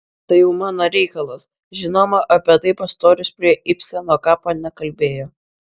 tai jau mano reikalas žinoma apie tai pastorius prie ibseno kapo nekalbėjo